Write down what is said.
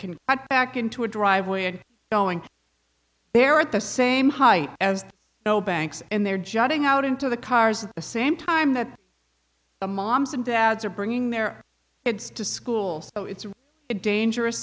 back into a driveway and knowing they're at the same height as no banks and they're judging out into the cars at the same time that the moms and dads are bringing their kids to schools so it's a dangerous